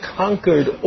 conquered